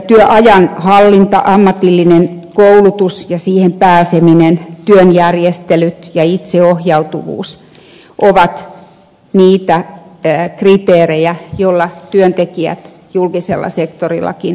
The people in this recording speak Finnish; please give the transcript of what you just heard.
työajan hallinta ammatillinen koulutus ja siihen pääseminen työn järjestelyt ja itseohjautuvuus ovat niitä kriteerejä joilla työntekijät julkisellakin sektorilla pysyvät